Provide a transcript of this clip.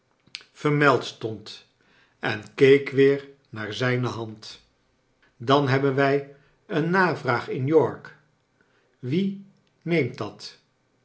vermeld stond en keek weer naar zijne hand dan hebben wij een navraag in york wie neemt dat